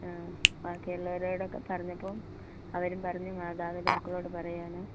ആ ബാക്കിയുള്ളവരോടൊക്കെ പറഞ്ഞപ്പം അവരും പറഞ്ഞു മാതാപിതാക്കളോട് പറയാൻ